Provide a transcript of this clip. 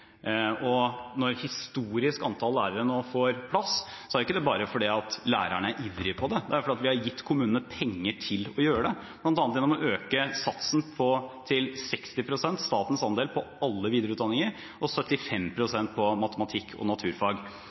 Når et historisk antall lærere nå får plass, er det ikke bare fordi lærerne er ivrige på det. Det er fordi vi har gitt kommunene penger til å gjøre det, bl.a. gjennom å øke satsen for statens andel til 60 pst. på alle videreutdanninger og 75 pst. på matematikk og naturfag.